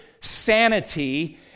sanity